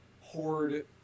horde